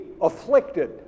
afflicted